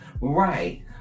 Right